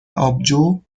آبجو